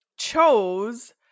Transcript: chose